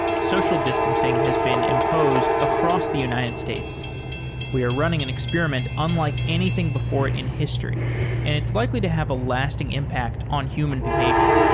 social distancing has been imposed across the united states we are running an experiment unlike anything before in history and it's likely to have a lasting impact on human behavior.